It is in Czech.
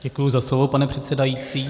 Děkuji za slovo, pane předsedající.